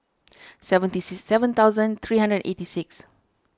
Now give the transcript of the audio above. seventy six seven thousand three hundred and eighty six